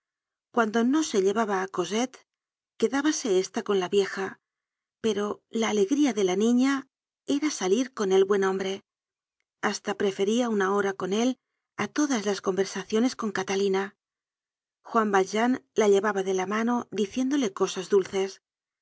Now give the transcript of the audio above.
cuando no se llevaba á cosette quedábase esta con la vieja pero la alegría de la niña era salir con el buen hombre hasta prefería una hora con él á todas las conversaciones con catalina juan valjean la llevaba de la mano diciéndole cosas dulces asi